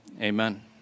Amen